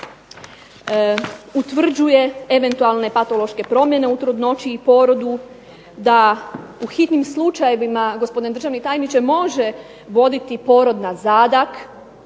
utvrđuje eventualne patološke promjene u trudnoći i porodi, da u hitnim slučajevima gospodine državni tajniče može voditi porod na zadak,